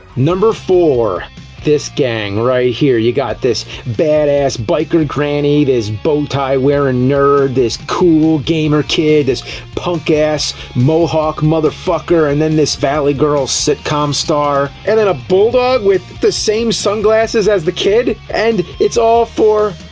number four this gang, right here. you got this badass, biker granny, this bowtie-wearin' nerd, this cool gamer kid, this punk-ass, mohawk motherfucker, and then this valley girl sitcom star, and then a bulldog with the same sunglasses as the kid! and, it's all for.